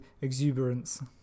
exuberance